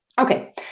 okay